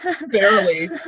Barely